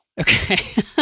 Okay